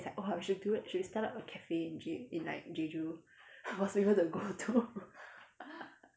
!wah! we should do we should start up a cafe in je~ in like jeju I was able to go to